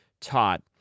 taught